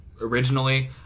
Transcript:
originally